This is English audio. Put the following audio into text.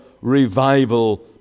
revival